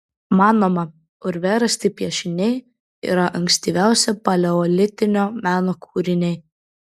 manoma urve rasti piešiniai yra ankstyviausi paleolitinio meno kūriniai